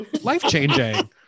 life-changing